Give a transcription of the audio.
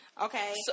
Okay